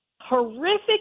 horrific